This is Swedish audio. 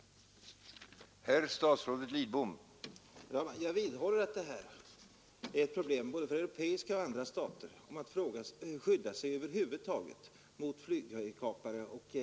stater som skyddar